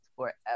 forever